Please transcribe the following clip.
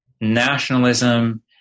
nationalism